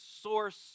source